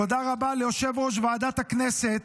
תודה רבה ליושב-ראש ועדת הכנסת